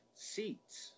seats